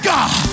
God